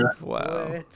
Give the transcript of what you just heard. wow